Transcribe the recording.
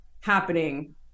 happening